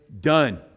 done